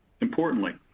Importantly